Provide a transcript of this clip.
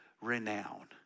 renown